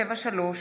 473/23,